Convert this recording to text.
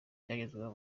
byagezweho